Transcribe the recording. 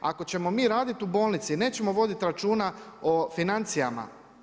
Ako ćemo mi raditi u bolnici, nećemo voditi računa o financijama.